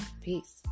Peace